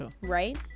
Right